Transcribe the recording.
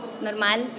Normal